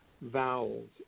vowels